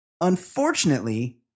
Unfortunately